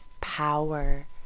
power